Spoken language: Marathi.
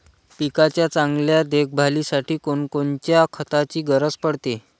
पिकाच्या चांगल्या देखभालीसाठी कोनकोनच्या खताची गरज पडते?